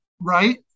Right